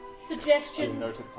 Suggestions